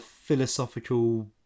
philosophical